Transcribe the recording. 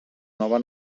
nova